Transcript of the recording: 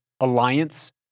alliance